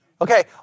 Okay